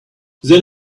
then